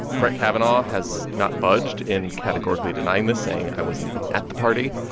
brett kavanaugh has not budged in categorically denying this, saying i wasn't even at the party,